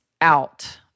out